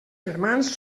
germans